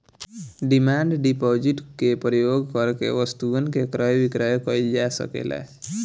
demand deposit के प्रयोग करके वस्तुअन के क्रय विक्रय कईल जा सकेला